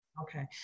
Okay